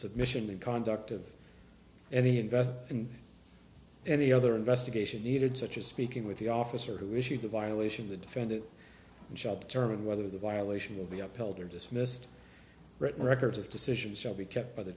submission and conduct of any invest in any other investigation needed such as speaking with the officer who issued the violation the defendant and shop term and whether the violation will be upheld or dismissed written records of decisions shall be kept by the